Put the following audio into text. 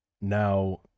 Now